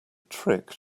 trick